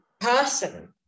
person